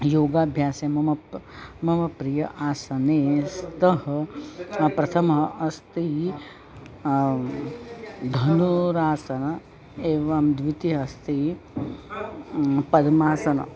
योगाभ्यासे मम प् मम प्रिय आसने स्तः प्रथमः अस्ति धनुरासनम् एवं द्वितीयः अस्ति पद्मासनम्